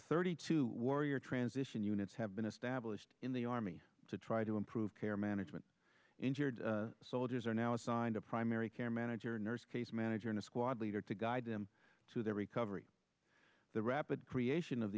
thirty two warrior transition units have been established in the army to try to improve care management injured soldiers are now assigned a primary care manager nurse case manager in a squad leader to guide them through their recovery the rapid creation of